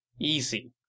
Easy